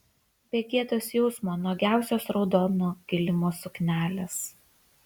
be gėdos jausmo nuogiausios raudono kilimo suknelės